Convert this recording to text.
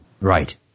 Right